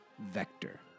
vector